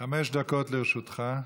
חמש דקות לרשותך.